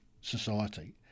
society